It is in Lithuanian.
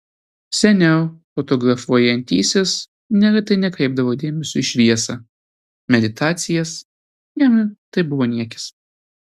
seniau fotografuojantysis neretai nekreipdavo dėmesio į šviesą meditacijas jam tai buvo niekis